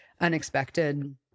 unexpected